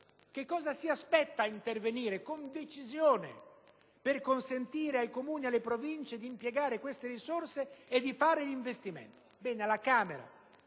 cosa si aspetti ad intervenire con decisione per consentire ai Comuni e alle Province di impiegare queste risorse per favorire gli investimenti. Alla Camera,